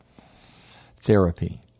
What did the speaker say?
therapy